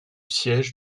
siège